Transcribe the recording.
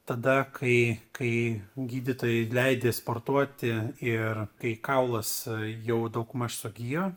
tada kai kai gydytojai leidi sportuoti ir kai kaulas jau daugmaž sugijo